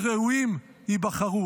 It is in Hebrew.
והראויים ייבחרו.